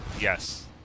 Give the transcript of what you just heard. Yes